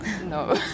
No